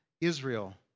Israel